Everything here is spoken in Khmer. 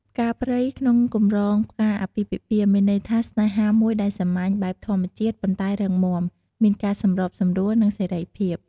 ផ្កាព្រៃក្នុងកម្រងផ្កាអាពាហ៍ពិពាហ៍ មានន័យថា ស្នេហាមួយដែលសាមញ្ញ បែបធម្មជាតិ ប៉ុន្តែរឹងមាំ មានការសម្របសម្រួល និងសេរីភាព។